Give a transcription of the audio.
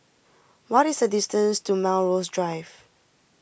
what is the distance to Melrose Drive